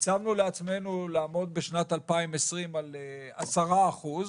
הצבנו לעצמנו לעמוד בשנת 2020 על עשרה אחוזים,